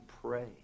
pray